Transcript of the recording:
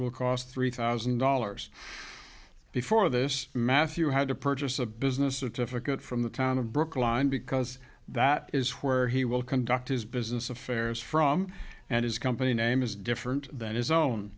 will cost three thousand dollars before this matthew had to purchase a business or to figure out from the town of brookline because that is where he will conduct his business affairs from and his company name is different than his own